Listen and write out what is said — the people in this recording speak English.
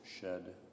shed